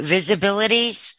Visibilities